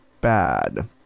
bad